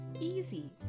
easy